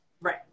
Right